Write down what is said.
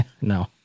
No